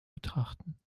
betrachten